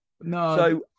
No